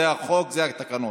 זה החוק, זה התקנון.